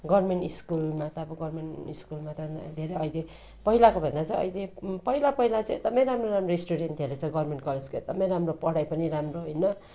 government स्कुलमा त अब गभर्नमेन्ट स्कुलमा त धेरै अहिले पहिलाको भन्दा चाहिँ अहिले पहिला पहिला चाहिँ एकदमै राम्रो राम्रो स्टुडेन्ट थियो रहेछ गभर्नमेन्ट कलेजको एकदमै राम्रो पढाइ पनि राम्रो होइन